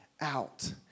out